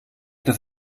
dass